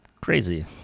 crazy